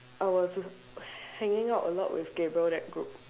I was hanging out a lot with Gabriel that group